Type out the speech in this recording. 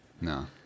No